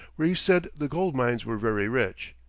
where he said the gold-mines were very rich.